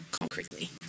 concretely